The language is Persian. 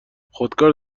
خودکار